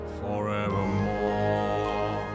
forevermore